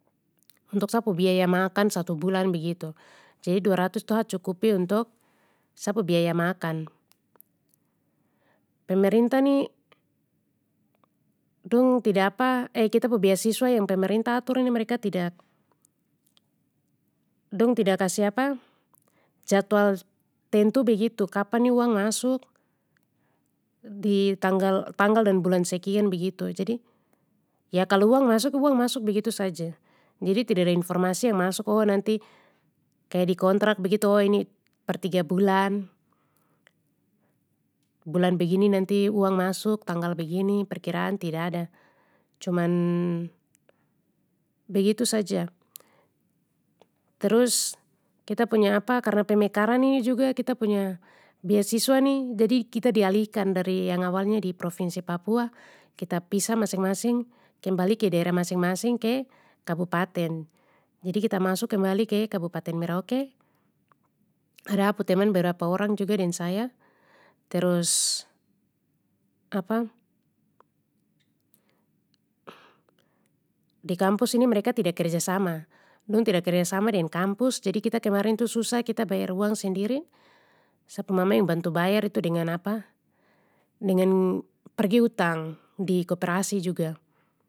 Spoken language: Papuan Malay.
Untuk sa pu biaya makan satu bulan begitu, jadi dua ratus itu ha cukupi untuk sa pu biaya makan. Pemerintah ni, dong tida kita pu beasiswa yang pemerintah atur ni mereka tidak, dong tidak kasih jadwal tentu begitu kapan ni uang masuk, di tanggal-tanggal dan bulan sekian begitu jadi, ya kalau uang masuk uang masuk begitu saja, jadi tidada informasi yang masuk oh nanti, kaya dikontrak begitu oh ini per tiga bulan. Bulan begini nanti uang masuk tanggal begini perkiraan tidada cuman, begitu saja. Terus kita punya karna pemekaran ini juga kita punya beasiswa ni jadi kita dialihkan dari yang awalnya di provinsi papua kita pisah masing masing kembali ke daerah masing masing ke kabupaten, jadi kita masuk kembali ke kabupaten merauke. Ada ha pu teman berapa orang juga deng saya terus di kampus ini mereka tidak kerjasama, dong tida kerjasama deng kampus jadi kita kemarin tu susah kita bayar uang sendiri, sa pu mama yang bantu bayar itu dengan dengan pergi hutang, di koperasi juga.